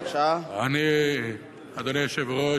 אדוני היושב-ראש,